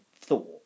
thought